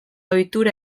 ohitura